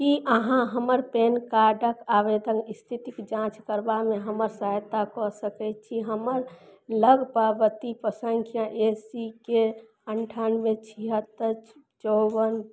कि अहाँ हमर पैन कार्डके आवेदन इस्थितिके जाँच करबामे हमर सहायता कऽ सकै छी हमर लग पावती सँख्या ए सी के अनठानवे छिहत्तरि चौवन